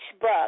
book